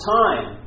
time